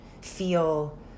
feel